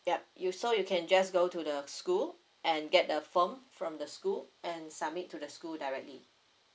yup you so you can just go to the school and get the form from the school and submit to the school directly